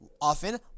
often